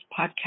podcast